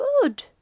Good